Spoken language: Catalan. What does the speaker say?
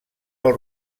del